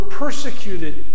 persecuted